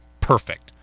perfect